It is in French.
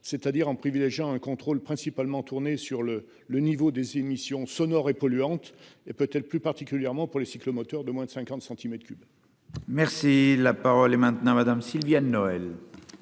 c'est-à-dire en privilégiant un contrôle principalement tourné sur le le niveau des émissions sonores et polluante et peut plus particulièrement pour les cyclomoteurs de moins de 50 cm3. Merci la parole est maintenant madame Sylviane Noël.